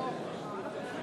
נתקבלה.